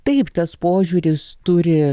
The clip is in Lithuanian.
taip tas požiūris turi